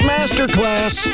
Masterclass